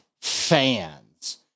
fans